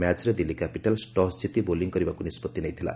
ମ୍ୟାଚରେ ଦିଲ୍ଲୀ କ୍ୟାପିଟାଲ୍କ ଟସ୍ ଜିତି ବୋଲିଂ କରିବାକୁ ନିଷ୍ପଭି ନେଇଥ୍ଲା